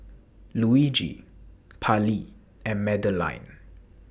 Luigi Pallie and Madeleine